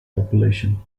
population